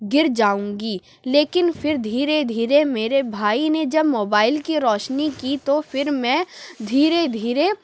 گر جاؤں گی لیکن پھر دھیرے دھیرے میرے بھائی نے جب موبائل کی روشنی کی تو پھر میں دھیرے دھیرے